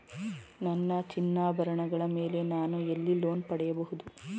ನನ್ನ ಚಿನ್ನಾಭರಣಗಳ ಮೇಲೆ ನಾನು ಎಲ್ಲಿ ಲೋನ್ ಪಡೆಯಬಹುದು?